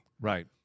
Right